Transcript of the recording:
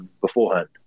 beforehand